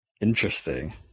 Interesting